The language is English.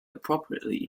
appropriately